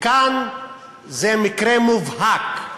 וכאן זה מקרה מובהק.